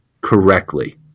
correctly